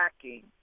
tracking